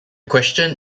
question